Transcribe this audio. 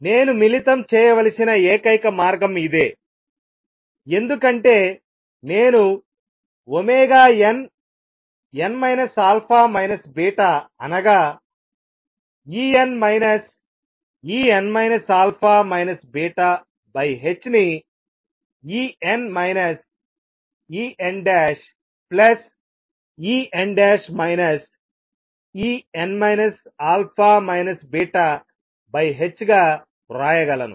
నేను మిళితం చేయవలసిన ఏకైక మార్గం ఇదే ఎందుకంటే నేను nn α β అనగా En En α βℏ ని En EnEn En α βℏ గా వ్రాయగలను